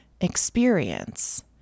experience